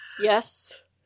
yes